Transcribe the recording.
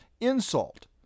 insult